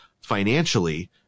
financially